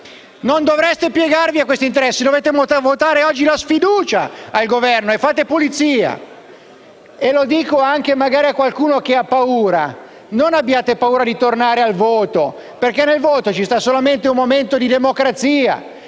Non dovreste piegarvi a questi interessi e dovreste oggi votare la sfiducia al Governo. Fate pulizia! Lo dico anche a qualcuno che magari ha paura. Non abbiate paura di tornare al voto, perché nel voto c'è solamente un momento di democrazia